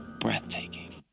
breathtaking